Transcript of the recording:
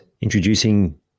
introducing